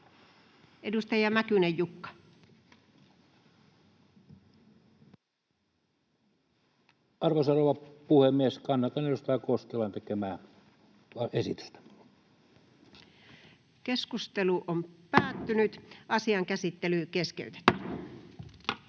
Edustaja Mäkynen, Jukka. Arvoisa rouva puhemies! Kannatan edustaja Koskelan tekemää esitystä. Toiseen käsittelyyn esitellään